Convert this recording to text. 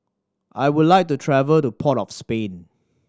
I would like to travel to Port of Spain